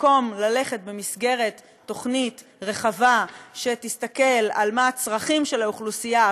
במקום ללכת במסגרת תוכנית רחבה שתסתכל על הצרכים של האוכלוסייה,